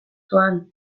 doan